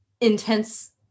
intense